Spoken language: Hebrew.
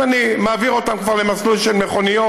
אם אני מעביר אותם למסלול של מכוניות,